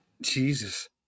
Jesus